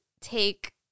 take